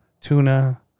tuna